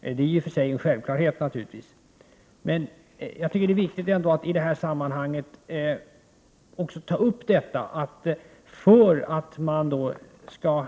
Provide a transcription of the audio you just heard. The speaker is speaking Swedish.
Det är naturligtvis i och för sig en självklarhet, men jag tycker ändå att det är viktigt att i detta sammanhang framhålla att samhället, för att vi skall